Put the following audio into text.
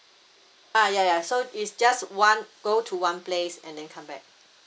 uh ya ya so it's just one go to one place and then come back